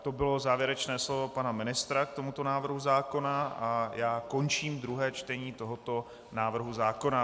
To bylo závěrečné slovo pana ministra k tomuto návrhu zákona a já končím druhé čtení tohoto návrhu zákona.